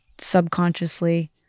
subconsciously